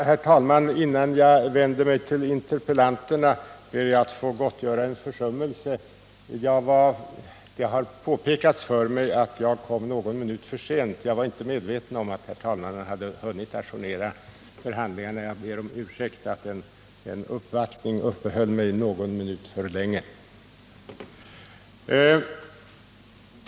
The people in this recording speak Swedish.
Herr talman! Får jag först vända mig till interpellanterna för att gottgöra en försummelse. Det har påpekats för mig att jag kom någon minut för sent. Jag var inte medveten om att herr talmannen hunnit ajournera sammanträdet. Jag ber om ursäkt — det var en uppvaktning som uppehöll mig någon minut för länge.